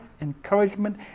encouragement